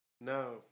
No